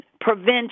prevention